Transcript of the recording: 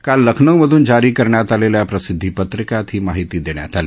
काल लखनऊ मधून जारी करण्यात आलेल्या प्रसिद्धी पत्रकात ही माहिती देण्यात आली